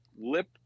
lip